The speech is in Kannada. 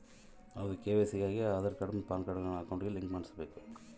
ಆದಾರ್, ಪಾನ್ಕಾರ್ಡ್ಗುಳ್ನ ಕೆ.ವೈ.ಸಿ ಗಾಗಿ ಅಕೌಂಟ್ಗೆ ಲಿಂಕ್ ಮಾಡುಸ್ಬಕು